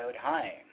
Hi